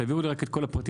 תעבירו לי רק את כל הפרטים,